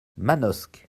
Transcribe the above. manosque